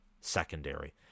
secondary